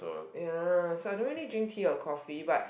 ya so I don't need drink tea or coffee but